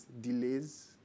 delays